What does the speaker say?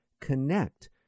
connect